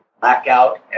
blackout